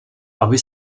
aby